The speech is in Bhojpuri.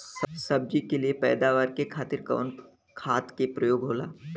सब्जी के लिए पैदावार के खातिर कवन खाद के प्रयोग होला?